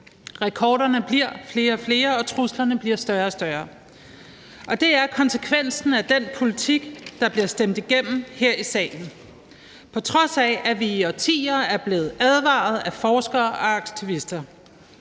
rekorderne bliver flere og flere, og truslerne bliver større og større. Det er konsekvensen af den politik, der bliver stemt igennem her i salen, på trods af at vi i årtier er blevet advaret af forskere og aktivister.